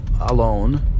alone